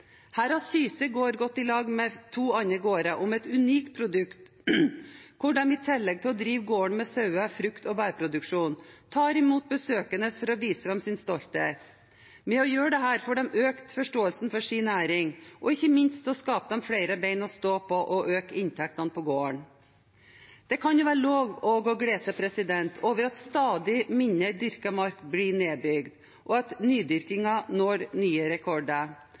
Her har Syse gård gått i lag med to andre gårder om et unikt produkt. I tillegg til å drive gården med sauer, frukt- og bærproduksjon tar de imot besøkende for å vise fram sin stolthet. Ved å gjøre dette får de økt forståelsen for sin næring, og ikke minst skaper de flere bein å stå på og øker inntektene på gården. Det kan også være lov å glede seg over at stadig mindre dyrket mark blir nedbygd, og at nydyrkingen når nye rekorder.